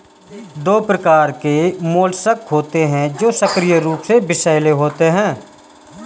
दो प्रकार के मोलस्क होते हैं जो सक्रिय रूप से विषैले होते हैं